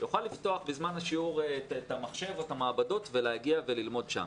יוכל לפתוח בזמן השיעור את המחשב או את המעבדות ולהגיע וללמוד שם.